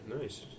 nice